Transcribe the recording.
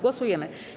Głosujemy.